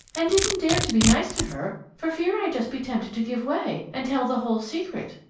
and didn't dare to be nice to her for fear i'd just be tempted to give way and tell the whole secret.